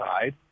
side